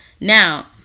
Now